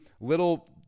little